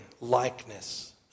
likeness